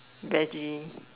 Veggie